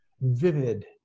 vivid